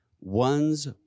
one's